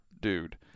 dude